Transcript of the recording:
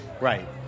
Right